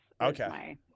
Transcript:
Okay